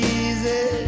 easy